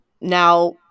now